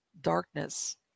darkness